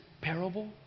parable